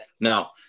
now